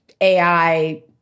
AI